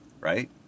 right